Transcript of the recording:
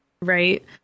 right